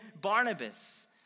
Barnabas